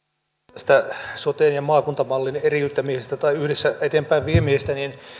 tästä soten ja maakuntamallin eriyttämisestä tai yhdessä eteenpäinviemisestä sanon että